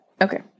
Okay